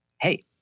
hey